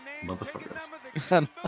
Motherfuckers